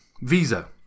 visa